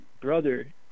brother